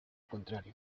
contrario